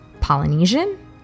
Polynesian